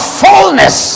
fullness